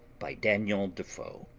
by daniel defoe